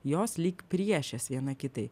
jos lyg priešės viena kitai